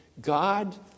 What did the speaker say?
God